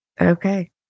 okay